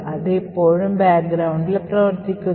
അത് ഇപ്പോഴും backgroundൽ പ്രവർത്തിക്കുന്നു